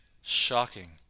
shocking